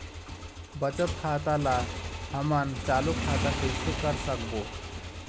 बचत खाता ला हमन चालू खाता कइसे कर सकबो?